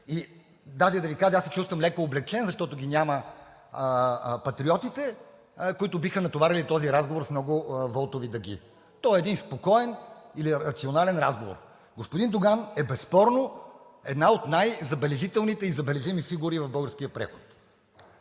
И даже да Ви кажа, аз се чувствам леко облекчен, защото ги няма Патриотите, които биха натоварили този разговор с много волтови дъги. Той е един спокоен и рационален разговор. Господин Доган е безспорно една от най-забележителните и забележими фигури в българския преход,